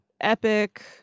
epic